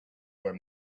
were